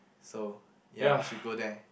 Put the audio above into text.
so ya we should go there